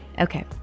Okay